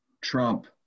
Trump